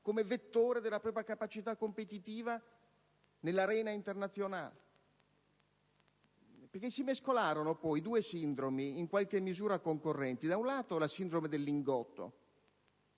come vettore della propria capacità competitiva nell'arena internazionale. Si mescolarono poi due sindromi in qualche misura concorrenti. Da un lato, c'era la «sindrome del Lingotto»,